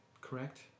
correct